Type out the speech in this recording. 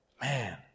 Man